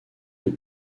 des